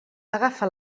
agafa